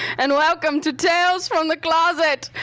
and welcome to tales from the closet,